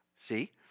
See